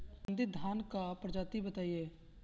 सुगन्धित धान क प्रजाति बताई?